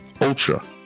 ultra